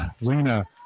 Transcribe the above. Lena